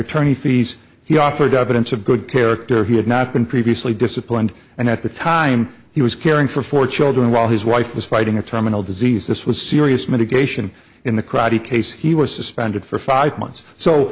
attorney fees he offered up and said good character he had not been previously disciplined and at the time he was caring for four children while his wife was fighting a terminal disease this was serious medication in the crowded case he was suspended for five months so